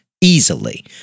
easily